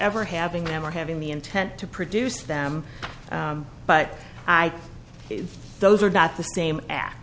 ever having them or having the intent to produce them but i those are not the same